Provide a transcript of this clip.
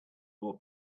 for